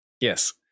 Yes